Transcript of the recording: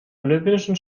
olympischen